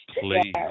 please